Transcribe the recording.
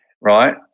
right